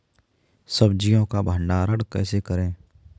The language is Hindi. सब्जियों का भंडारण कैसे करें?